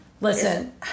Listen